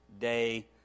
day